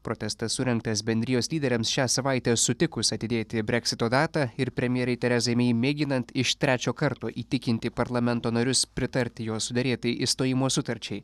protestas surengtas bendrijos lyderiams šią savaitę sutikus atidėti breksito datą ir premjerei terezai mei mėginant iš trečio karto įtikinti parlamento narius pritarti jos suderėtai išstojimo sutarčiai